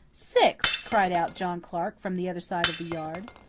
six, cried out john clarke from the other side of the yard.